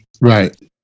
Right